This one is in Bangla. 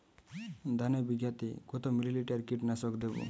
ধানে বিঘাতে কত মিলি লিটার কীটনাশক দেবো?